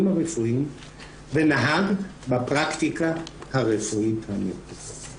הרפואיים ונהג בפרקטיקה הרפואית הנהוגה.